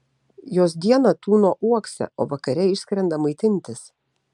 jos dieną tūno uokse o vakare išskrenda maitintis